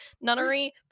nunnery